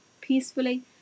peacefully